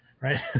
right